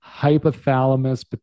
hypothalamus